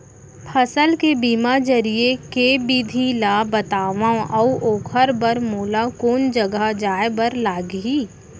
फसल के बीमा जरिए के विधि ला बतावव अऊ ओखर बर मोला कोन जगह जाए बर लागही?